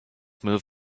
move